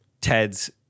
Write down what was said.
Ted's